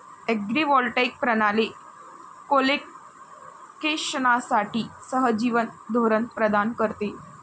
agrivoltaic प्रणाली कोलोकेशनसाठी सहजीवन धोरण प्रदान करते